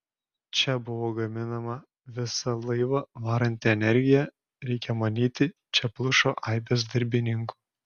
čia buvo gaminama visą laivą varanti energija reikia manyti čia plušo aibės darbininkų